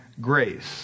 grace